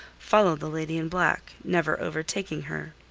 followed the lady in black, never overtaking her.